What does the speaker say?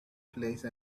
place